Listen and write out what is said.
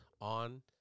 on